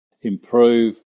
improve